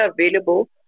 available